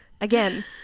Again